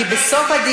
איזה סעיף?